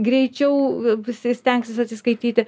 greičiau visi stengsis atsiskaityti